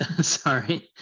sorry